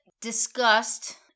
discussed